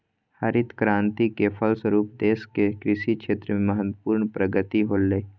हरित क्रान्ति के फलस्वरूप देश के कृषि क्षेत्र में महत्वपूर्ण प्रगति होलय